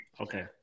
Okay